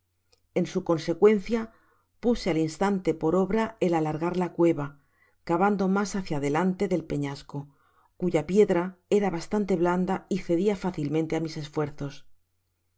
en su consecuencia puse al instante por obra el alargar la cueva cavando mas hácia adelante del peñasco cuya piedra era bastante blanda y cedia fácilmente á mis esfuerzos